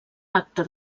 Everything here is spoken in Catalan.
acte